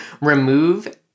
remove